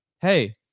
Hey